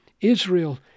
Israel